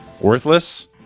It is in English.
worthless